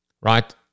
right